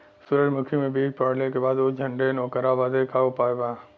सुरजमुखी मे बीज पड़ले के बाद ऊ झंडेन ओकरा बदे का उपाय बा?